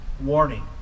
warning